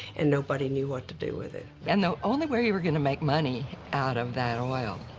and nobody knew what to do with it. and the only way you are going to make money out of that oil